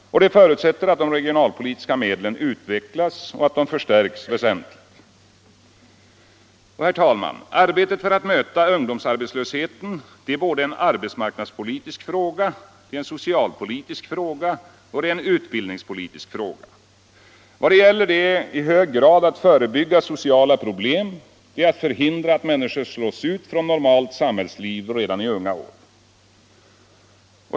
Detta förutsätter att de regionalpolitiska medlen utvecklas och förstärks väsentligt. Arbetet för att möta ungdomsarbetslösheten är både en arbetsmarknadspolitisk och en socialoch utbildningspolitisk fråga. Vad det gäller är i hög grad att förebygga sociala problem och förhindra att människor slås ut från normalt samhällsliv redan i unga år.